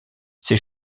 ces